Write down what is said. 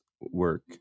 work